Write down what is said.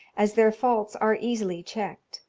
as their faults are easily checked.